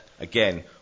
Again